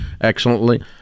excellently